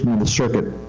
the circuit,